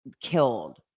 killed